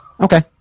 Okay